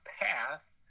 path